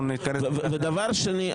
נתכנס ל --- דבר שני,